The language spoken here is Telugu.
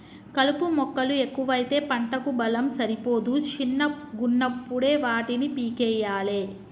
కలుపు మొక్కలు ఎక్కువైతే పంటకు బలం సరిపోదు శిన్నగున్నపుడే వాటిని పీకేయ్యలే